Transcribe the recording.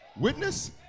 Witness